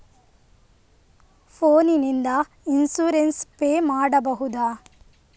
Phone ನಿಂದ insurance pay ಮಾಡಬಹುದ?